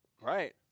Right